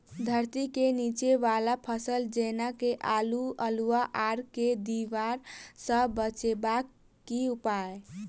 धरती केँ नीचा वला फसल जेना की आलु, अल्हुआ आर केँ दीवार सऽ बचेबाक की उपाय?